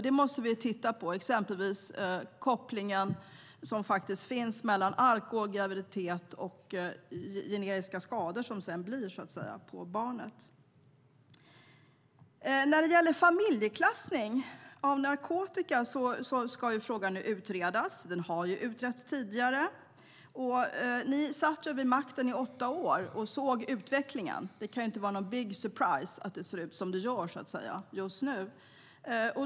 Vi måste titta på det, exempelvis kopplingen som faktiskt finns mellan alkohol, graviditet och genetiska skador på barnet. När det gäller familjeklassning av narkotika ska frågan nu utredas. Den har utretts tidigare. Ni i Alliansen satt vid makten i åtta år och såg utvecklingen. Det kan alltså inte vara någon big surprise för er att det ser ut som det gör just nu.